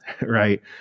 right